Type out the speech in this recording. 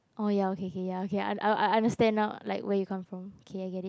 oh ya okay K ya okay I I understand now like where you come from K I get it